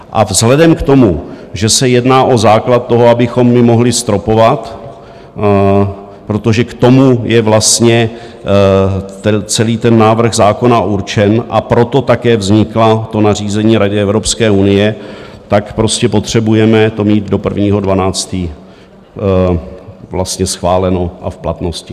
A vzhledem k tomu, že se jedná o základ toho, abychom mohli stropovat, protože k tomu je vlastně celý ten návrh zákona určen, a proto také vzniklo to nařízení Radě Evropské unie, tak prostě potřebujeme to mít do 1. 12. vlastně schváleno a v platnosti.